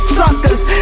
suckers